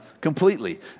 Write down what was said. completely